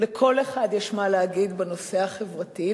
לכל אחד יש מה להגיד בנושא החברתי,